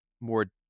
more